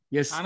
Yes